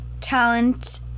talent